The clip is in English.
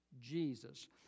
Jesus